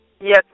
Yes